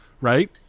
right